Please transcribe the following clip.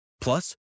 Plus